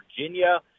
Virginia